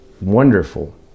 wonderful